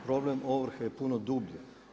Problem ovrhe je puno dublji.